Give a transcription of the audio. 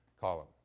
column